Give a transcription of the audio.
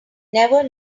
never